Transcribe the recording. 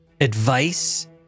advice